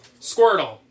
Squirtle